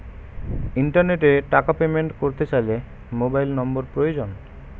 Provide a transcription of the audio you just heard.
ইন্টারনেটে টাকা পেমেন্ট করতে চাইলে মোবাইল নম্বর প্রয়োজন